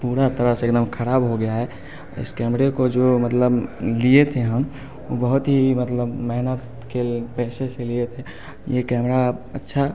पूरा तरह से एक दम ख़राब हो गया है इस कैमरे को जो मतलब लिए थे हम बहुत ही मतलब मेहनत के पैसे से लिए थे ये कैमरा अच्छा